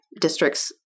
districts